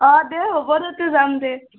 অ' দে হ'ব দে তে যাম দে